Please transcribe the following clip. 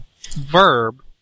verb